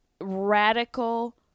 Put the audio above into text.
radical